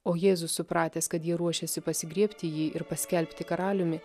o jėzus supratęs kad jie ruošėsi pasigriebti jį ir paskelbti karaliumi